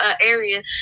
area